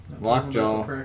Lockjaw